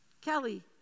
Kelly